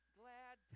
glad